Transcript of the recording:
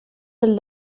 del